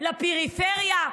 לפריפריה,